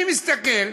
אני מסתכל: